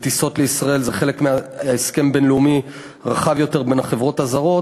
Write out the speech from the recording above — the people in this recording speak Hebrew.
בטיסות לישראל הוא חלק מהסכם בין-לאומי רחב יותר בין החברות הזרות,